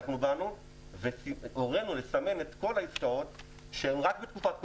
באנו והורינו לסמן את כל העסקאות שהן רק בתקופת קורונה,